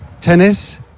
Tennis